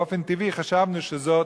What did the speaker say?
באופן טבעי חשבנו שזו